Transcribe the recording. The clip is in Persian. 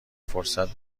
فرصت